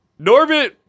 Norbit